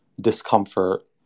discomfort